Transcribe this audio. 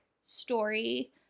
story